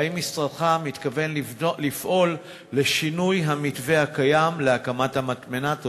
האם משרדך מתכוון לפעול לשינוי המתווה הקיים להקמת המטמנה?